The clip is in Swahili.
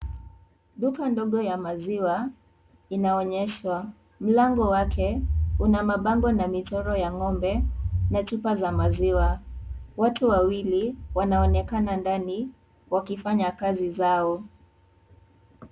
Duka ndogo ya maziwa inaonyeshwa. Mlango wake una mabango na michoro ya ng'ombe na chupa za maziwa. Watu wawili wanaonekana ndani wakifanya kazi zao.